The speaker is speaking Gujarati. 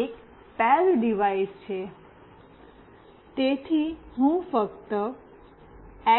આ એક પૈર ડિવાઇસ છે તેથી હું ફક્ત